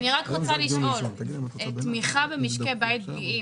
אני רוצה לשאול: תמיכה במשקי בית פגיעים,